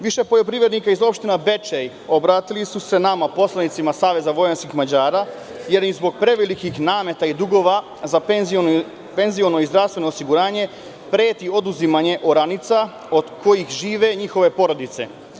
Više poljoprivrednika iz opštine Bečej obratili su se nama poslanicima iz SVM, jer im zbog prevelikih nameta i dugova za penziono i zdravstveno osiguranje preti oduzimanje oranica od kojih žive njihove porodice.